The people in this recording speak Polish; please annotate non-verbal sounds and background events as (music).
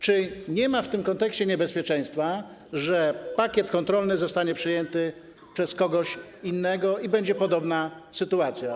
Czy nie ma w tym kontekście niebezpieczeństwa, że (noise) pakiet kontrolny zostanie przejęty przez kogoś innego i w Polsce będzie podobna sytuacja?